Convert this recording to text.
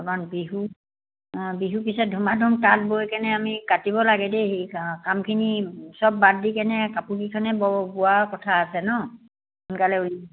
বিহু বিহু পিছেত ধুমা ধুম তাঁত বৈ কেনে আমি কাটিব লাগে দেই সেই কামখিনি চব বাদ দি কেনে কাপোৰ কিখনে ব'ব বোৱা কথা আছে ন সোনকালে